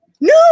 No